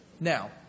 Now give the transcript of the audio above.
Now